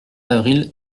avril